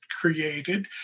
created